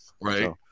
Right